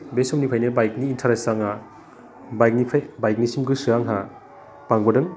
बे समनिफ्रायनो बाइकनि इन्थारेस्ट आंहा बाइकनिफ्राय बाइकनिसिम गोसोआ आंहा बांबोदों